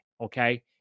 Okay